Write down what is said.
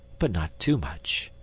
but not too much.